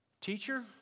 teacher